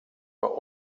for